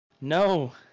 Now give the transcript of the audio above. No